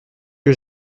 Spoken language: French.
que